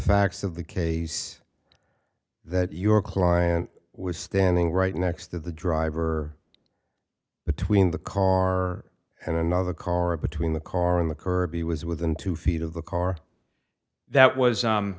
facts of the case that your client was standing right next to the driver between the car and another car between the car and the kirby was within two feet of the car that was